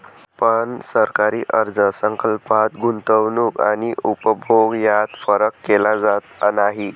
पण सरकारी अर्थ संकल्पात गुंतवणूक आणि उपभोग यात फरक केला जात नाही